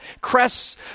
crests